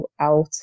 out